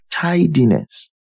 tidiness